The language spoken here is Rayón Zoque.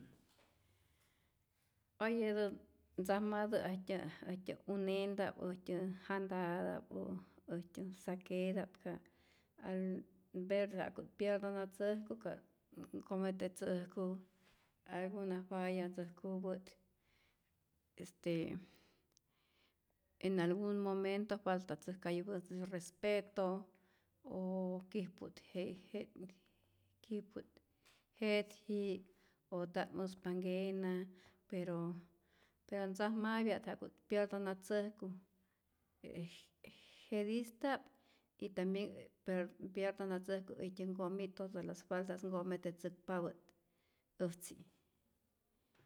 Oyetä't ntzamtä äjtyä uneta'p, äjtyä jantata'p o äjtyä saketa'p ka al ver ja'ku't pyerdonatzäjku ka't kometzäjku alguna falla ntzäjkupä't, este en algun momento faltatzäjkayupä'tzi el respeto o kijpu't je'je'jety' kijpu't jetyji'k o nta't muspa nkena, pero ntzajmapya't ja'ku't pyerdonatzäjku, je je jetista'p y tambien pyerdonatzäjku äjtyä nkomi' todas las faltas nkometzäkpapä't äjtzi'